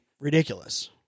ridiculous